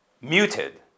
muted